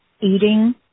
eating